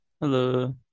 hello